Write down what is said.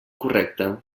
correcte